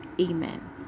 Amen